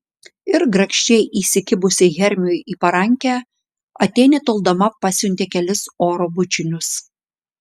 ir grakščiai įsikibusi hermiui į parankę atėnė toldama pasiuntė kelis oro bučinius